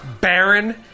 Baron